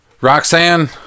Roxanne